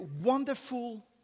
wonderful